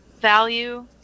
value